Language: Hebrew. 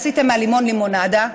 עשיתם מהלימון לימונדה.